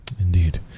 Indeed